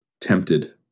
tempted